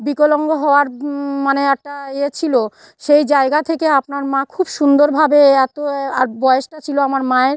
বিকলাঙ্গ হওয়ার মানে একটা ইয়ে ছিল সেই জায়গা থেকে আপনার মা খুব সুন্দরভাবে এত আর বয়েসটা ছিল আমার মায়ের